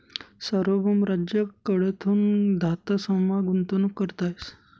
सार्वभौम राज्य कडथून धातसमा गुंतवणूक करता येस